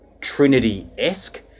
Trinity-esque